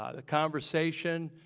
ah the conversation,